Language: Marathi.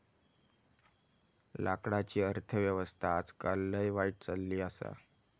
लाकडाची अर्थ व्यवस्था आजकाल लय वाईट चलली आसा